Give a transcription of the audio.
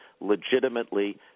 legitimately